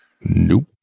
Nope